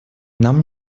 нам